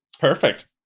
Perfect